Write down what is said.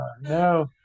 No